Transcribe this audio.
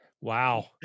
wow